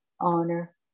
honor